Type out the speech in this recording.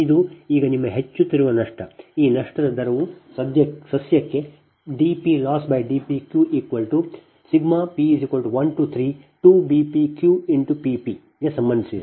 ಈಗ ನಿಮ್ಮ ಹೆಚ್ಚುತ್ತಿರುವ ನಷ್ಟ ನಿಮ್ಮ ಈ ನಷ್ಟದ ದರವು ಸಸ್ಯಕ್ಕೆ dPLossdPqp132 BpqPp ಗೆ ಸಂಬಂಧಿಸಿದೆ